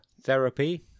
therapy